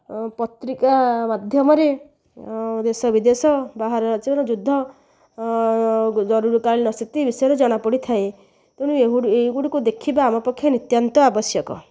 ପତ୍ରିକା ମାଧ୍ୟମରେ ଦେଶ ବିଦେଶ ବାହାର ରାଜ୍ୟର ଯୁଦ୍ଧ ଜରୁରୀକାଳିନ ସ୍ଥିତି ବିଷୟରେ ଜଣାପଡ଼ିଥାଏ ତେଣୁ ଏହି ଏହିଗୁଡ଼ିକୁ ଦେଖିବା ଆମ ପକ୍ଷେ ନିତାନ୍ତ ଆବଶ୍ୟକ